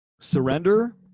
surrender